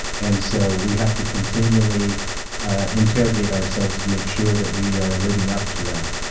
and so we have to continually interrogate ourselves to make sure that we are living up to that.